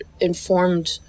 informed